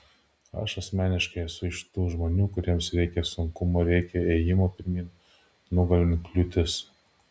aš asmeniškai esu iš tų žmonių kuriems reikia sunkumų reikia ėjimo pirmyn nugalint kliūtis